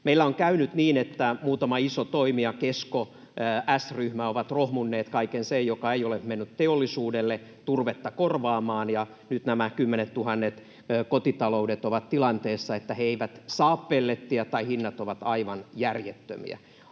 Meillä on käynyt niin, että muutama iso toimija, Kesko, S-ryhmä, on rohmunnut kaiken sen, mikä ei ole mennyt teollisuudelle turvetta korvaamaan, ja nyt nämä kymmenettuhannet kotitaloudet ovat tilanteessa, että he eivät saa pellettiä tai hinnat ovat aivan järjettömiä.